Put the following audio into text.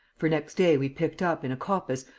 for, next day, we picked up, in a coppice,